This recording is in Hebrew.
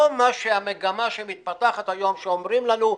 לא המגמה שמתפתחת היום, שאומרים לנו: